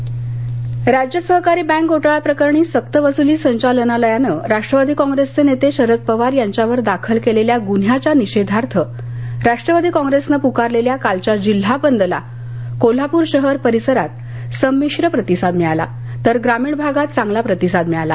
हिंगोली राज्य सहकारी बँक घोटाळा प्रकरणी सक्तवसूली संचालनालयानं राष्ट्रवादी कॉप्रेसचे नेते शरद पवार यांच्यावर दाखल केलेल्या गुन्हाच्या निषेधार्थ राष्ट्रवादी काँग्रेसनं पुकारलेल्या कालच्या जिल्हा बंदला कोल्हापूर शहर परिसरात संमिश्र प्रतिसाद तर ग्रामीण भागात चांगला प्रतिसाद मिळाला